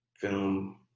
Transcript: film